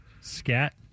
Scat